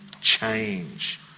change